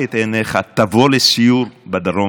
שההחלטות שמקבלים נבחרי הציבור מיושמות,